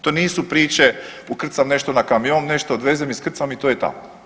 To nisu priče ukrcam nešto na kamion, nešto odvezem, iskrcam i to je tamo.